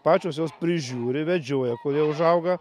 pačios juos prižiūri vedžioja kol jie užauga